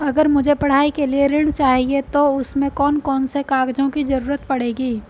अगर मुझे पढ़ाई के लिए ऋण चाहिए तो उसमें कौन कौन से कागजों की जरूरत पड़ेगी?